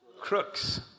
crooks